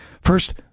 First